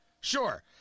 Sure